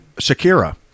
Shakira